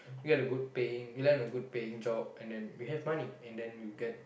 you get a good paying you land on a good paying job and then we have money and then we get